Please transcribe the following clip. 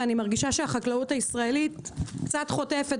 ואני מרגישה שהחקלאות הישראלית קצת חוטפת